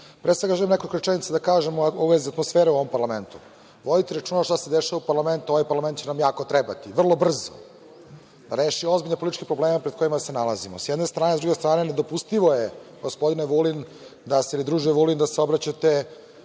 svega želim nekoliko rečenica da kažem u vezi atmosfere u ovom parlamentu. Vodite računa šta se dešava u parlamentu, ovaj parlament će nam jako trebati, vrlo brzo. Reši ozbiljne političke probleme pred kojima se nalazimo, s jedne strane. S druge strane, nedopustivo je, gospodine Vulin, da se, druže Vulin, da se obraćate